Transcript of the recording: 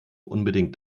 unbedingt